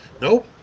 Nope